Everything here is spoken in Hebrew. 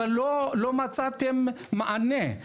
אבל לא מצאתם מענה,